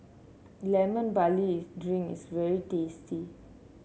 Lemon Barley Drink is very tasty